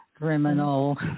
criminal